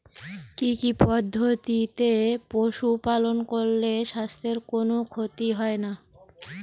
কি কি পদ্ধতিতে পশু পালন করলে স্বাস্থ্যের কোন ক্ষতি হয় না?